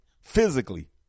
physically